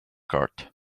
cart